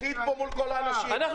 לא תקפו.